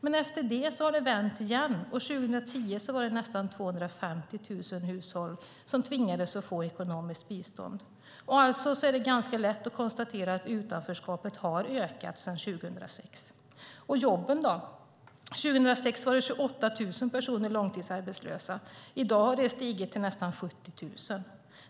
Därefter har det vänt igen, och 2010 tvingades nästan 250 000 hushåll ta emot ekonomiskt bistånd. Alltså är det ganska lätt att konstatera att utanförskapet har ökat sedan 2006. Jobben då? 2006 var 28 000 personer långtidsarbetslösa. I dag har den siffran stigit till nästan 70 000.